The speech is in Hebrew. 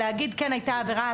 להגיד כן הייתה עבירה,